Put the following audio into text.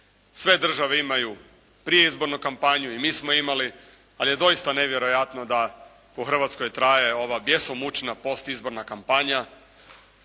Sve države imaju prije izbornu kampanju, i mi smo imali, ali je doista nevjerojatno da u Hrvatskoj traje ova bjesomučna postizborna kampanja